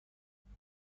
صدای